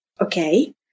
Okay